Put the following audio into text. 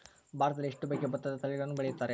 ಭಾರತದಲ್ಲಿ ಎಷ್ಟು ಬಗೆಯ ಭತ್ತದ ತಳಿಗಳನ್ನು ಬೆಳೆಯುತ್ತಾರೆ?